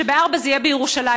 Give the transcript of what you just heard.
שב-4 זה יהיה בירושלים,